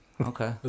Okay